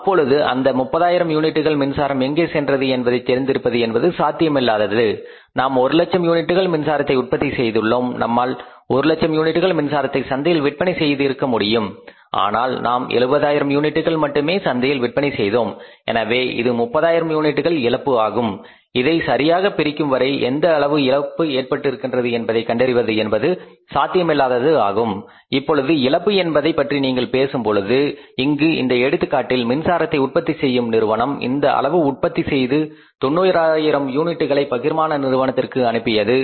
அப்பொழுது அந்த 30 ஆயிரம் யூனிட்டுகள் மின்சாரம் எங்கே சென்றது என்பதை தெரிந்திருப்பது என்பது சாத்தியமில்லாதது நாம் ஒரு லட்சம் யூனிட்டுகள் மின்சாரத்தை உற்பத்தி செய்துள்ளோம் நம்மால் ஒரு லட்சம் யூனிட்டுகள் மின்சாரத்தை சந்தையில் விற்பனை செய்திருக்க முடியும் ஆனால் நாம் 70000 யூனிட்டுகள் மட்டுமே சந்தையில் விற்பனை செய்தோம் எனவே இது 30 ஆயிரம் யூனிட்டுகள் இழப்பு ஆகும் இதை சரியாக பிரிக்கும் வரை எந்த அளவு இழப்பு ஏற்பட்டுருக்கின்றது என்பதை கண்டறிவது என்பது சாத்தியமில்லாதது ஆகும் இப்பொழுது இழப்பு என்பதை பற்றி நீங்கள் பேசும் பொழுது இங்கு இந்த எடுத்துக்காட்டில் மின்சாரத்தை உற்பத்தி செய்யும் நிறுவனம் இந்த அளவு உற்பத்தி செய்து 90000 யூனிட்டுகளை பகிர்மான நிறுவனத்திற்கு அனுப்பியது